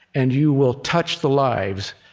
and you will touch the lives,